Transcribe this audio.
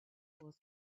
wars